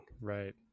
right